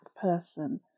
person